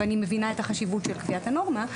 ואני מבינה את החשיבות של קביעת הנורמה,